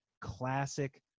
classic